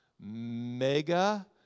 mega